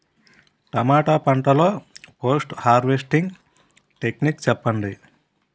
టమాటా పంట లొ post harvesting techniques చెప్పండి?